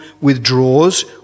withdraws